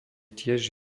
tiež